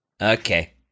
okay